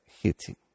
heating